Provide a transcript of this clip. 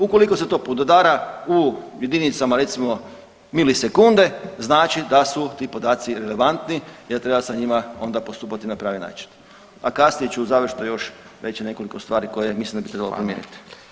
Ukoliko se to podudara u jedinicama recimo milisekunde znači da su ti podaci relevantni jer treba sa njima onda postupati na pravi način, a kasnije ću u završnoj još reći nekoliko stvari koje mislim da bi trebalo promijeniti.